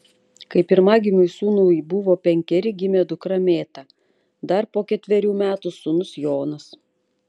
kai pirmagimiui sūnui buvo penkeri gimė dukra mėta dar po ketverių metų sūnus jonas